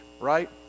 right